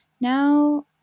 now